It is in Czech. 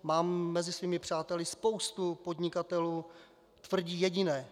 Mám mezi svými přáteli spoustu podnikatelů tvrdí jediné.